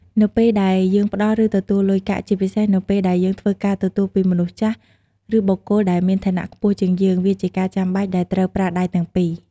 នៅពេលដែលយើងផ្តល់ ឬទទួលលុយកាក់ ជាពិសេសនៅពេលដែលយើងធ្វើការទទួលពីមនុស្សចាស់ ឬបុគ្គលដែលមានឋានៈខ្ពស់ជាងយើង វាជាការចាំបាច់ដែលត្រូវប្រើដៃទាំងពីរ។